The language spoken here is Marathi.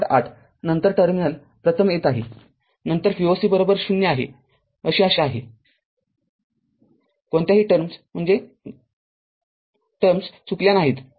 ८नंतर टर्मिनल प्रथम येत आहे नंतर Voc ० आहे आशा आहे कोणत्याही टर्म चुकल्या नाहीत